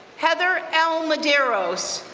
heather l. madeiros,